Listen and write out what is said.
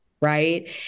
Right